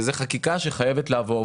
וזאת חקיקה שחייבת לעבור.